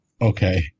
Okay